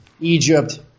Egypt